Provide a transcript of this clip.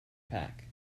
pack